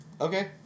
Okay